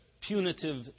Punitive